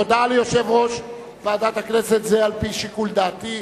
הודעה ליושב-ראש ועדת הכנסת זה על-פי שיקול דעתי.